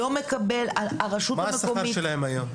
לא מהו השכר שלהן כיום?